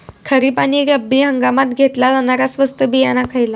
खरीप आणि रब्बी हंगामात घेतला जाणारा स्वस्त बियाणा खयला?